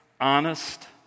honest